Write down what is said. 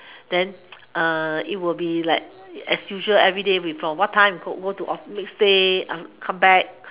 then uh it will be like as usually everyday we from what time you go next day you come back